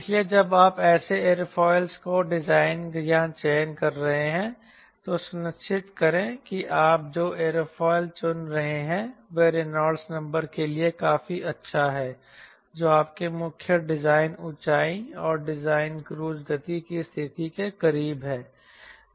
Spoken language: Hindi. इसलिए जब आप ऐसे एयरोफिल को डिजाइन या चयन कर रहे हैं तो सुनिश्चित करें कि आप जो एयरोफिल चुन रहे हैं वह रेनॉल्ड नंबर के लिए काफी अच्छा है जो आपके मुख्य डिजाइन ऊंचाई और डिजाइन क्रूज़ गति की स्थिति के करीब है